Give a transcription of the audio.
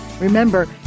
Remember